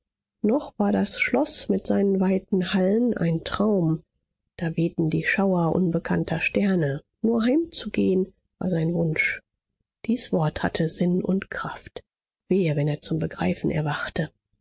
noch war das schloß mit seinen weiten hallen ein traum da wehten die schauer unbekannter sterne nur heimzugehen war sein wunsch dies wort hatte sinn und kraft wehe wenn er zum begreifen erwachte